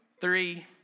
three